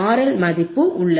L மதிப்பு உள்ளது